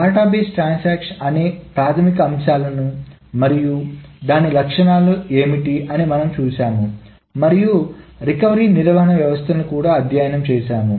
database transaction అనే ప్రాథమిక అంశాలను మరియు దాని లక్షణాలు ఏమిటి అని మనము చూశాము మరియు రికవరీ నిర్వహణ వ్యవస్థలను కూడా అధ్యయనం చేసాము